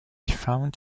found